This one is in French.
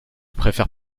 préfère